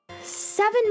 Seven